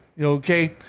okay